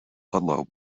ludlow